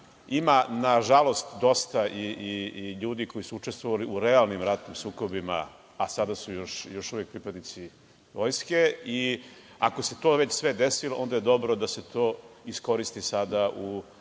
Ima, nažalost, dosta ljudi koji su učestvovali u realnim ratnim sukobima, a sada su još uvek pripadnici Vojske, i ako se to već sve desilo, onda je dobro da se to iskoristi sada u